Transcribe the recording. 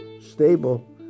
stable